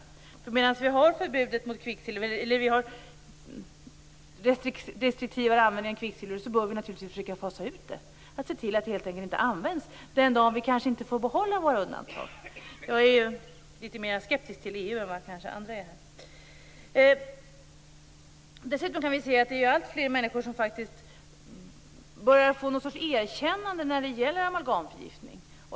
När vi nu har en restriktivare användning av kvicksilver bör vi naturligtvis passa på att fasa ut det och se till att det inte används den dag vi inte får behålla våra undantag. Jag är ju litet mer skeptisk till EU än vad andra är här. Det är alltfler människor som börjar få ett erkännande i fråga om amalgamförgiftning.